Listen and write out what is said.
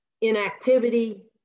inactivity